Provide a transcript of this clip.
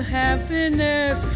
happiness